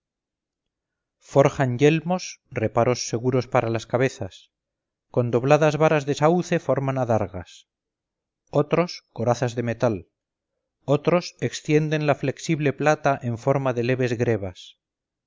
forjan yelmos reparos seguros para las cabezas con dobladas varas de sauce forman adargas otros corazas de metal otros extienden la flexible plata en forma de leves grebas